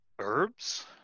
herbs